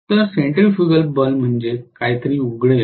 तर सेंट्रीफ्युगल बल म्हणजे काहीतरी उघडेल